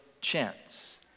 chance